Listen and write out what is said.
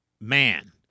man